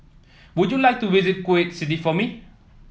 would you like to visit Kuwait City for me